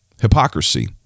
hypocrisy